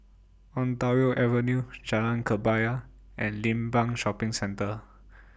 Ontario Avenue Jalan Kebaya and Limbang Shopping Centre